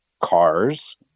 cars